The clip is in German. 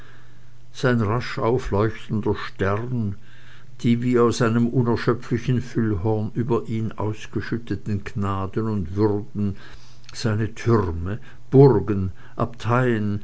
sein rasch aufleuchtender stern die wie aus einem unerschöpflichen füllhorn über ihn ausgeschütteten gnaden und würden seine türme burgen abteien